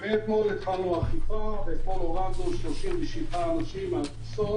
באמת התחלנו אכיפה ואתמול הורדנו 37 אנשים מהטיסות.